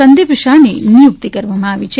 સંદિપ શાહની નિયુક્તી કરવામાં આવી છે